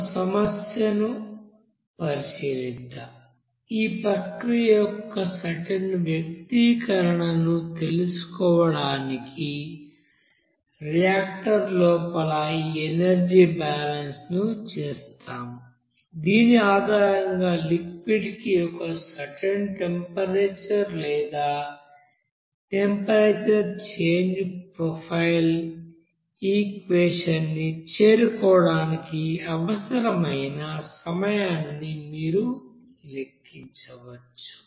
ఈ సమస్యను పరిశీలిద్దాం ఈ ప్రక్రియ యొక్క సర్టెన్ వ్యక్తీకరణను తెలుసుకోవడానికి రియాక్టర్ లోపల ఈ ఎనర్జీ బాలన్స్ ను చేస్తాము దీని ఆధారంగా లిక్విడ్ కి ఒక సర్టెన్ టెంపరేచర్ లేదా టెంపరేచర్ చేంజ్ ప్రొఫైల్ ఈక్వెషన్ ని చేరుకోవడానికి అవసరమైన సమయాన్ని మీరు లెక్కించవచ్చు